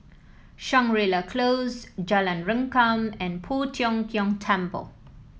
Shangri La Close Jalan Rengkam and Poh Tiong Kiong Temple